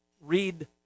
read